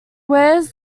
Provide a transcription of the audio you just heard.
wears